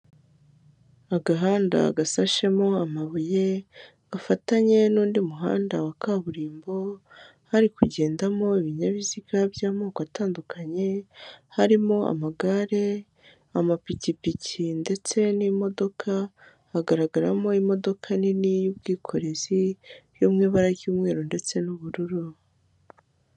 Agahanda gasashemo amabuye, gafatanye n'undi muhanda wa kaburimbo hari kugendamo ibinyabiziga by'amoko atandukanye, harimo amagare, amapikipiki ndetse n'imodoka, hagaragaramo imodoka nini y'ubwikorezi yo mu ibara ry'umweru ndetse n'ubururu.